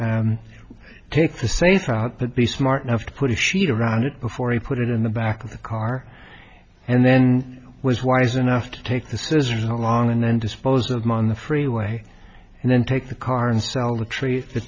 and take the safe route but be smart enough to put a sheet around it before he put it in the back of the car and then was wise enough to take the scissors along and then dispose of mana freeway and then take the car and sell the t